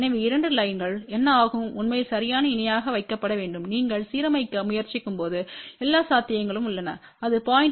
எனவே இரண்டு லைன்கள் என்ன ஆகும் உண்மையில் சரியான இணையாக வைக்கப்பட வேண்டும் நீங்கள் சீரமைக்க முயற்சிக்கும்போது எல்லா சாத்தியங்களும் உள்ளன இது 0